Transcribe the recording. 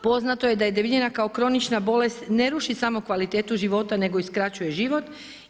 Poznato je da debljina kao kronična bolest ne ruši samo kvalitetu života nego i skraćuje život.